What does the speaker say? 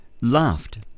Laughed